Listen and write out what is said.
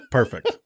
perfect